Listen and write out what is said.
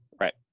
Right